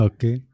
Okay